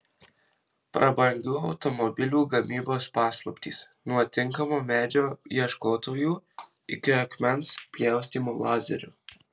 prabangių automobilių gamybos paslaptys nuo tinkamo medžio ieškotojų iki akmens pjaustymo lazeriu